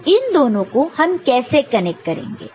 तो इन दोनों को हम कैसे कनेक्ट करेंगे